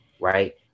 right